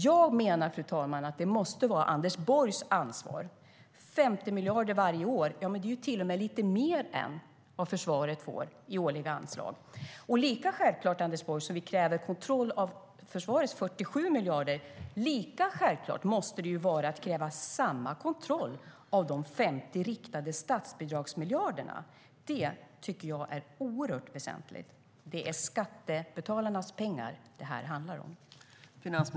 Jag menar, fru talman, att det måste vara Anders Borgs ansvar. 50 miljarder varje år är till och med lite mer än vad försvaret får i årliga anslag. Lika självklart som det är att kräva kontroll av försvarets 47 miljarder måste det vara att kräva samma kontroll av de 50 riktade statsbidragsmiljarderna, Anders Borg. Detta är oerhört väsentligt. Det är skattebetalarnas pengar det handlar om.